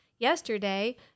Yesterday